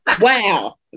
Wow